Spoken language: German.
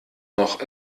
noch